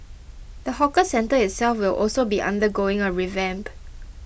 the hawker centre itself will also be undergoing a revamp